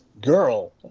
girl